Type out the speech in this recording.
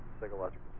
psychological